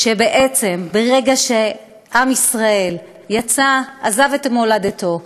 ובעצם ברגע שעם ישראל עזב את מולדתו,